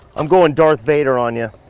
i'm goin darth vader on ya.